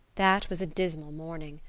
that was a dismal morning.